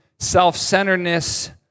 Self-centeredness